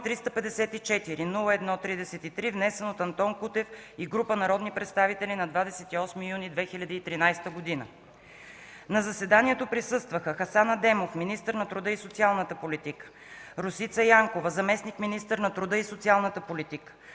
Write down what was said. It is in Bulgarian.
354-01-33, внесен от Антон Кутев и група народни представители на 28 юни 2013 г. На заседанието присъстваха: Хасан Адемов – министър на труда и социалната политика, Росица Янкова – заместник-министър на труда и социалната политика,